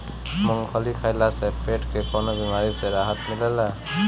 मूंगफली खइला से पेट के कईगो बेमारी से राहत मिलेला